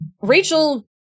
Rachel